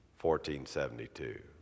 1472